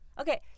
Okay